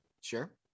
Sure